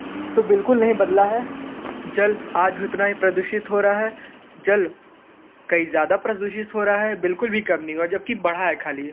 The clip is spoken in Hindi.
तो बिल्कुल नहीं बदला है जल आज भी उतना ही प्रदूषित हो रहा है जल कई ज्यादा प्रदूषित हो रहा है बिल्कुल भी कम नहीं हुआ जबकि बढ़ा है खाली यह